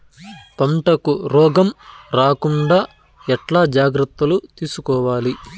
పంటకు రోగం రాకుండా ఎట్లా జాగ్రత్తలు తీసుకోవాలి?